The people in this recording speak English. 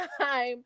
time